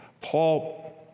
Paul